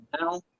now